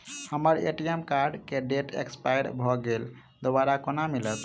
हम्मर ATM card केँ date expire भऽ गेल दोबारा कोना मिलत?